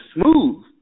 smooth